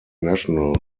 national